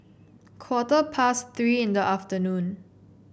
quarter past Three in the afternoon